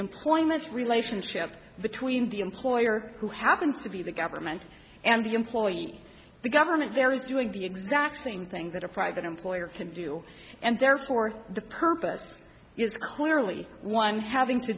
employment relationship between the employer who happens to be the government and the employee the government there is doing the exact same thing that a private employer can do and therefore the purpose is clearly one having to